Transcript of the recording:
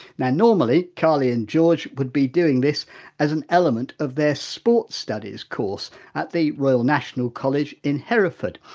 now normally, carly and george would be doing this as an element of their sport studies course at the royal national college in hereford.